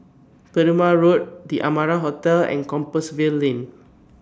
Perumal Road The Amara Hotel and Compassvale Lane